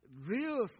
real